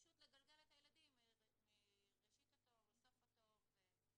פשוט לגלגל את הילדים מראשית התור לסוף התור.